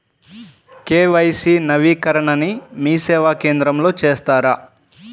KYC నవీకరణని మీసేవా కేంద్రం లో చేస్తారా?